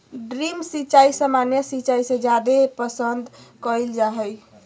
drip सिंचाई सामान्य सिंचाई से जादे पसंद कईल जा हई